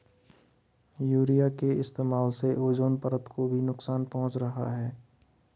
urea के इस्तेमाल से ओजोन परत को भी नुकसान पहुंच रहा है